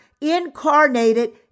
incarnated